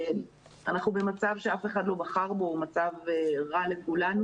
אנחנו במצב שאף אחד לא בחר בו, הוא מצב רע לכולנו.